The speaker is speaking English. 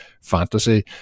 fantasy